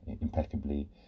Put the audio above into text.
impeccably